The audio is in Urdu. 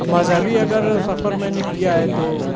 مذہبی اگر سفر میں نے کیا ہے تو